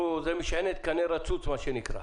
זה משענת קנה רצוץ מה שנקרא,